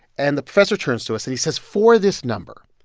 and the professor turns to us, and he says, for this number,